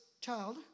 child